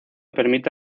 permite